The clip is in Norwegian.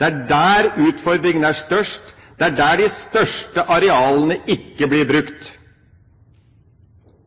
Det er der utfordringene er størst. Det er der de største arealene ikke blir brukt.